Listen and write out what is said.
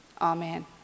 Amen